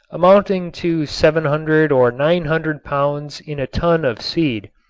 amounting to seven hundred or nine hundred pounds in a ton of seed,